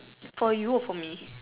for you or for me